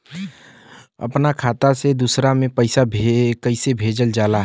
अपना खाता से दूसरा में पैसा कईसे भेजल जाला?